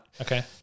Okay